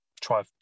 try